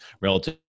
relative